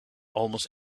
almost